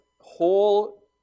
whole